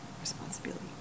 responsibility